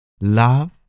Love